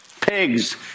pigs